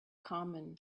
common